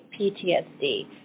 PTSD